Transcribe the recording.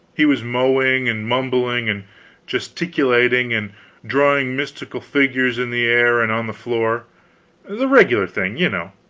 he was mowing, and mumbling, and gesticulating, and drawing mystical figures in the air and on the floor the regular thing, you know.